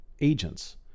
agents